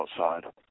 outside